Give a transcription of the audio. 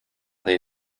they